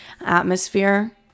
atmosphere